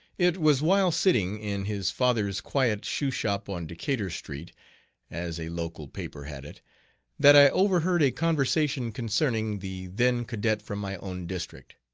it was while sitting in his father's quiet shoeshop on decatur street as a local paper had it that i overheard a conversation concerning the then cadet from my own district.